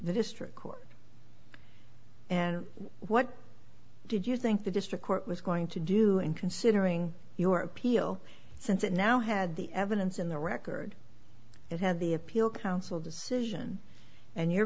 the district court and what did you think the district court was going to do and considering your appeal since it now had the evidence in the record it had the appeal council decision and you're